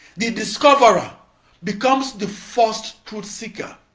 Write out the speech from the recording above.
the discoverer becomes the first truth seeker.